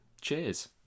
Cheers